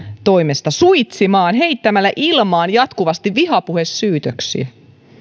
toimesta suitsimaan heittämällä ilmaan jatkuvasti vihapuhesyytöksiä